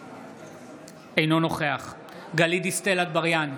אינו נוכח גלית דיסטל אטבריאן,